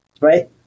Right